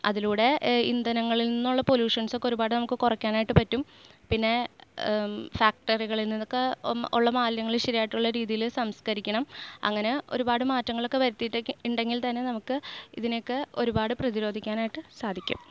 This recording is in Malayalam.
അതിലൂടെ ഇന്ധനങ്ങളിൽ നിന്നുള്ള പൊലൂഷൻസ് ഒക്കെ ഒരുപാട് നമുക്ക് കുറയ്ക്കാനായിട്ട് പറ്റും പിന്നെ ഫാക്ടറികളിൽ നിന്നൊക്കെ ഉള്ള മാലിന്യങ്ങൾ ശരിയായിട്ടുള്ള രീതിയിൽ സംസ്കരിക്കണം അങ്ങനെ ഒരുപാട് മാറ്റങ്ങളൊക്കെ വരുത്തിയിട്ടൊക്കെ ഉണ്ടെങ്കിൽ തന്നെ നമുക്ക് ഇതിനെ ഒക്കെ ഒരുപാട് പ്രതിരോധിക്കാനായിട്ട് സാധിക്കും